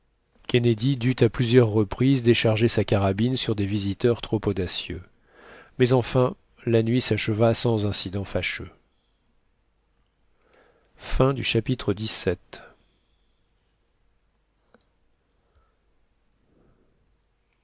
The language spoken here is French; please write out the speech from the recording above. kennedy dut à plusieurs reprises décharger sa carabine sur des visiteurs trop audacieux mais enfin la nuit s'acheva sans incident fâcheux chapitre